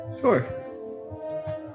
sure